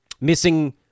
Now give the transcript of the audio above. Missing